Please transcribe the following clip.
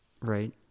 right